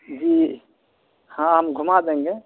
جی ہاں ہم گھما دیں گے